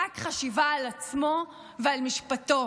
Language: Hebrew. רק חשיבה על עצמו ועל משפטו.